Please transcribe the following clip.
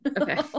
Okay